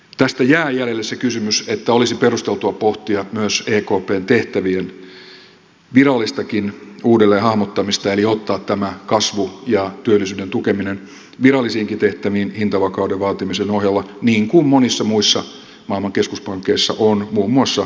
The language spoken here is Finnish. tästä jää jäljelle se kysymys että olisi perusteltua pohtia myös ekpn tehtävien virallistakin uudelleenhahmottamista eli ottaa tämä kasvu ja työllisyyden tukeminen virallisiinkin tehtäviin hintavakauden vaatimisen ohella niin kuin monissa muissa maailman keskuspankeissa on muun muassa yhdysvaltain fedissä